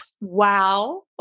Wow